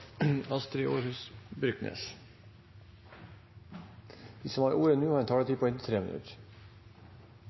De talere som heretter får ordet, har en taletid på inntil